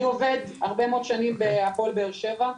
אני עובד הרבה מאוד שנים בהפועל באר שבע,